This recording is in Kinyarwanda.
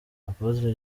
apotre